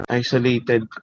isolated